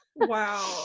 Wow